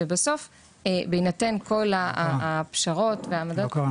ובסוף בהינתן כל הפשרות --- זה לא קרה.